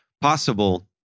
possible